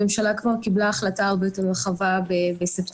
הממשלה כבר קיבלה החלטה הרבה יותר רחבה בספטמבר.